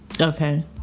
Okay